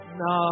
no